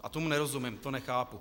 A tomu nerozumím, to nechápu.